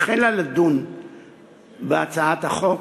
החלה לדון בהצעת החוק,